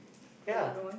yeah